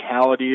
physicality